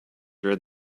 read